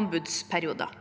anbudsperioder.